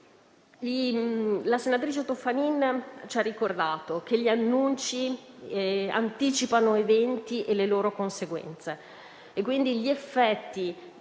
La senatrice Toffanin ci ha ricordato che gli annunci anticipano eventi e le loro conseguenze, per cui gli effetti